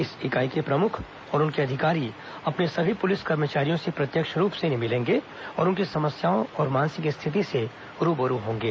इस इकाई ेके प्रमुख और उनके अधिकारी अपने सभी पुलिस कर्मचारियों से प्रत्यक्ष रूप से मिलेंगे तथा उनकी समस्याओं और मानसिक स्थिति से रूबरू होंगे